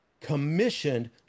commissioned